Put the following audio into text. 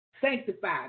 sanctified